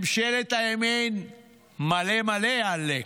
ממשלת הימין מלא מלא, עלק,